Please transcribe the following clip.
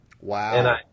Wow